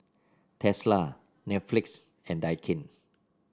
Tesla Netflix and Daikin